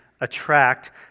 attract